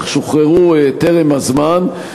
אך שוחררו טרם הזמן,